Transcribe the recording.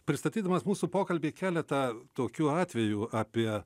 pristatydamas mūsų pokalbį keletą tokių atvejų apie